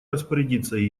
распорядиться